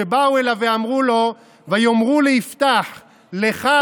שבאו אליו ואמרו לו: "ויאמרו ליפתח לכה